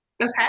Okay